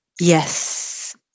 Yes